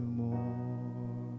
more